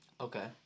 Okay